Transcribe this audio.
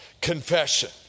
Confession